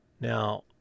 Now